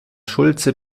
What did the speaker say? schulze